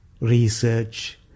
research